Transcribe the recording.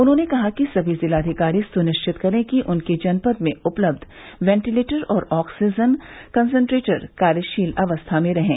उन्होने कहा कि सभी जिलाधिकारी सुनिश्चित करें कि उनके जनपद में उपलब्ध वेंटीलेटर और ऑक्सीजन कसंट्रेटर कार्यशील अवस्था में रहें